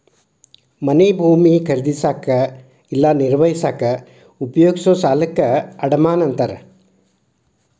ಮನೆ ಭೂಮಿ ಖರೇದಿಸಕ ಇಲ್ಲಾ ನಿರ್ವಹಿಸಕ ಉಪಯೋಗಿಸೊ ಸಾಲಕ್ಕ ಅಡಮಾನ ಅಂತಾರ